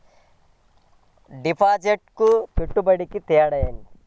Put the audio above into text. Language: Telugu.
డిపాజిట్కి పెట్టుబడికి తేడా?